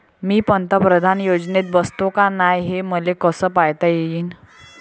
मी पंतप्रधान योजनेत बसतो का नाय, हे मले कस पायता येईन?